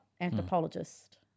anthropologist